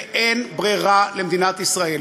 אין ברירה למדינת ישראל.